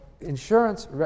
insurance